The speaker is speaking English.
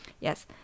Yes